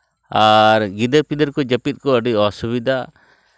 ᱟᱨ ᱜᱤᱫᱟᱹᱨ ᱯᱤᱫᱟᱹᱨ ᱠᱚ ᱡᱟᱹᱯᱤᱫ ᱠᱚ ᱟᱹᱰᱤ ᱚᱥᱩᱵᱤᱫᱷᱟ